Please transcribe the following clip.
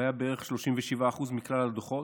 וזה היה בערך 37% מכלל הדוחות.